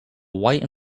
white